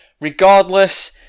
Regardless